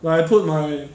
but I put my